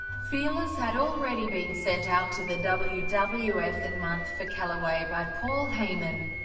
feelers had already been sent out to the wwf wwf that month for calaway by paul heyman.